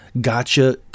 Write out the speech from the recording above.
gotcha